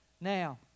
Now